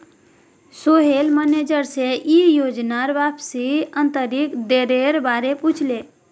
Sohail manager से ई योजनात वापसीर आंतरिक दरेर बारे पुछले